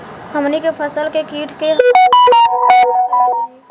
हमनी के फसल के कीट के हमला से बचावे खातिर का करे के चाहीं?